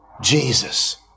Jesus